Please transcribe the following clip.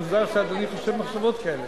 מוזר שאדוני חושב מחשבות כאלה.